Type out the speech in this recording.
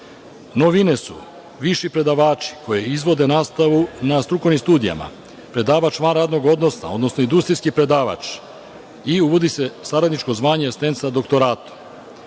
su viši predavači koji izvode nastavu na strukovnim studijima. Predavač van radnog odnosa, odnosno industrijski predavač i uvodi se saradničko zvanje – asistent sa doktoratom.